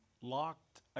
locked